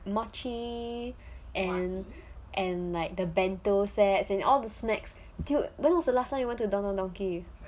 mochi and and like the bento sets and all the snacks guilt when was the last time you want to don don donki